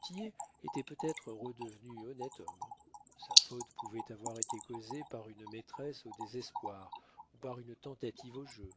tillet était peut-être redevenu honnête homme sa faute pouvait avoir été causée par une maîtresse au désespoir ou par une tentative au jeu